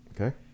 Okay